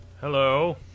Hello